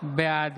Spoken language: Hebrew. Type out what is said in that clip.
בעד